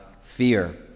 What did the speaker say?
fear